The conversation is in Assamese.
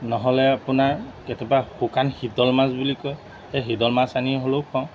নহ'লে আপোনাৰ কেতিয়াবা শুকান শীদল মাছ বুলি কয় সেই শীদল মাছ আনি হ'লেও খুৱাওঁ